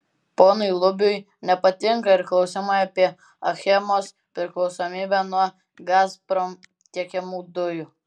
ponui lubiui nepatinka ir klausimai apie achemos priklausomybę nuo gazprom tiekiamų dujų